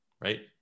right